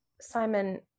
Simon